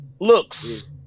looks